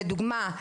לדוגמא.